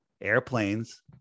Airplanes